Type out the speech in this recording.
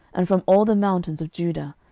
and from all the mountains of judah,